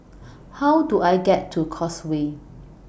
How Do I get to Causeway